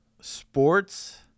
sports